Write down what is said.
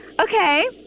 Okay